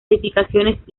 edificaciones